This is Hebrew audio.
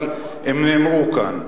אבל הם נאמרו כאן,